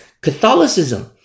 Catholicism